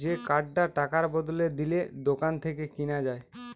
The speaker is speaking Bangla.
যে কার্ডটা টাকার বদলে দিলে দোকান থেকে কিনা যায়